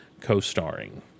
co-starring